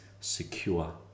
secure